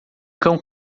cão